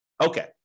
Okay